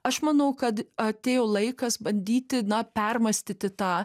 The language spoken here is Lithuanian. aš manau kad atėjo laikas bandyti na permąstyti tą